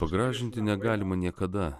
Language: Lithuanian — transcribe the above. pagražinti negalima niekada